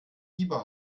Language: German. fieber